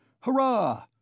Hurrah